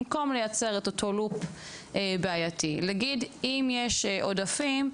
במקום לייצר את אותו "לופ" בעייתי להגיד שאם יש עודפים,